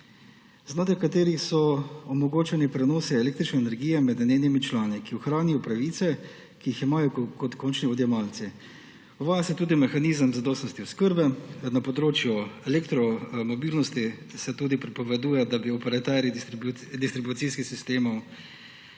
znotraj katerih so omogočeni prenosi električne energije med njenimi člani, ki ohranijo pravice, ki jih imajo kot končni odjemalci. Uvaja se tudi mehanizem zadostnosti oskrbe. Na področju elektromobilnosti se tudi prepoveduje, da bi operaterji distribucijskih sistemov